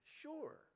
sure